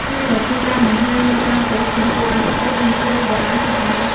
វាក៏ជាការបង្ហាញនូវការគោរពចំពោះអាទិទេព និងគ្រូបុរាណផងដែរ។